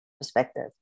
perspective